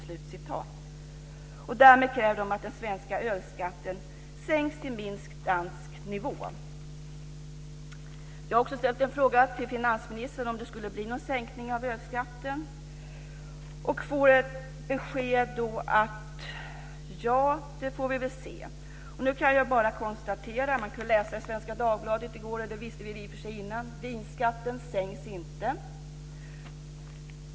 Därmed kräver de fackliga organisationerna att den svenska ölskatten sänks till minst dansk nivå. Jag har också ställt en fråga till finansministern om det blir någon sänkning av ölskatten och fick då beskedet: Ja, det får vi väl se. Man kan läsa i gårdagens Svenska Dagbladet - och det visste vi i och för sig innan - att vinskatten inte sänks.